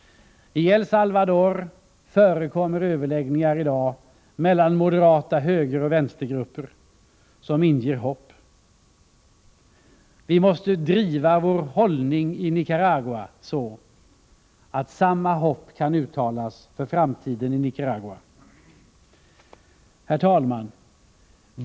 I El Salvador förekommer överläggningar i dag mellan moderata högeroch vänstergrupper som inger hopp. Vi måste driva vår hållning i Nicaragua så att samma hopp kan uttalas för framtiden i Nicaragua. Herr talman!